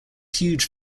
huge